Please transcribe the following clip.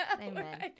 Amen